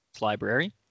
Library